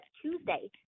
Tuesday